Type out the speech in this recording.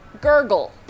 Gurgle